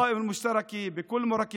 הרשימה המשותפת על כל מרכיביה,